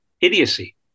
idiocy